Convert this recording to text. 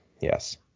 Yes